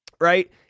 right